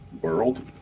world